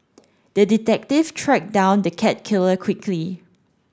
the detective tracked down the cat killer quickly